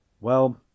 Well